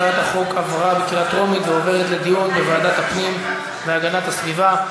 הצעת החוק עברה בקריאה טרומית ועוברת לדיון בוועדת הפנים והגנת הסביבה.